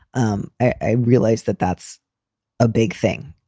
um i realize that that's a big thing.